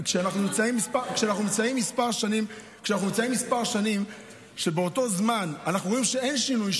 כשאנחנו נמצאים כמה שנים ובאותו זמן אנחנו רואים שאין שינוי,